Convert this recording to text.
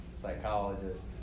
Psychologist